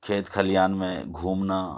کھیت کھلیان میں گھومنا